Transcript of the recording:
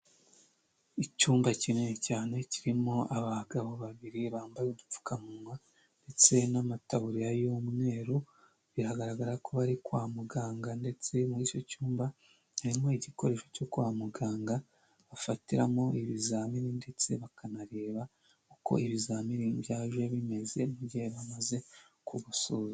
Icyumba kinini cyane kirimo abagabo babiri bambaye udupfukamunwa ndetse n'amataburiya y'umweru, biragaragara ko bari kwa muganga ndetse muri icyo cyumba harimo igikoresho cyo kwa muganga bafatiramo ibizamini ndetse bakanareba uko ibizamini byaje bimeze mu gihe bamaze kuguso.